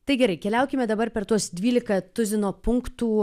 tai gerai keliaukime dabar per tuos dvylika tuzino punktų